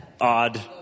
odd